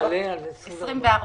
שאם מוסיפים על ה-18 חודשים